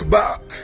back